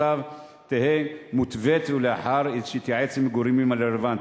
הצו יהיו מותוות ולאחר שהתייעץ עם הגורמים הרלוונטיים.